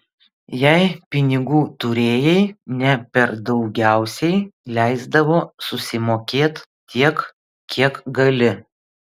jei pinigų turėjai ne per daugiausiai leisdavo susimokėt tiek kiek gali